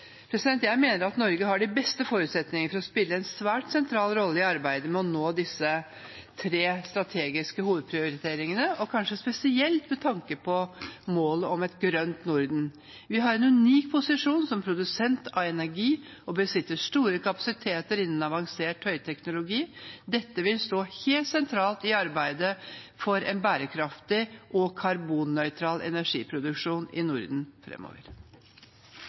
Jeg mener at Norge har de beste forutsetninger for å spille en svært sentral rolle i arbeidet med å nå disse tre strategiske hovedprioriteringene, kanskje spesielt med tanke på målet om et grønt Norden. Vi har en unik posisjon som produsent av energi og besitter store kapasiteter innen avansert høyteknologi. Dette vil stå helt sentralt i arbeidet for en bærekraftig og karbonnøytral energiproduksjon i Norden